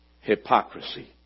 hypocrisy